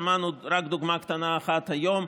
שמענו רק דוגמה קטנה אחת היום,